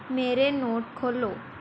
ਮੇਰੇ ਨੋਟ ਖੋਲ੍ਹੋ